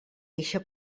eixa